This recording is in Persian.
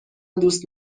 دوست